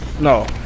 No